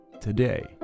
Today